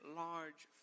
large